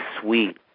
sweet